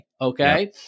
okay